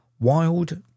Wild